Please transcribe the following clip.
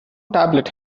tablet